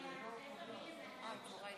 אה, יוראי